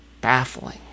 baffling